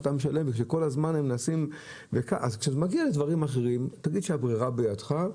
כשזה מגיע לדברים אחרים תגיד שהברירה בידך,